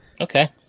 Okay